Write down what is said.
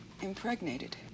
impregnated